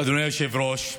אדוני היושב-ראש,